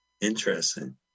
Interesting